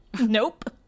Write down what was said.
nope